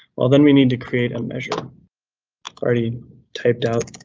well, then we need to create a measure. i already typed out